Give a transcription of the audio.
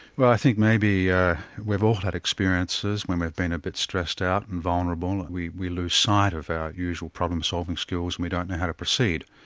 well i think maybe ah we've all had experiences when we've been a bit stressed out and vulnerable, and we we lose sight of our usual problem-solving skills and we don't know how to proceed.